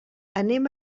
anem